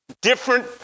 different